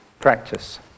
practice